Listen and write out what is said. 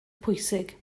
pwysig